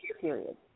period